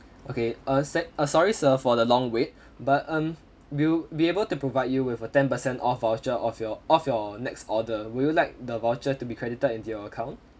okay uh set ah sorry sir for the long wait but um we'll be able to provide you with a ten percent off voucher of your off your next order would you like the voucher to be credited into your account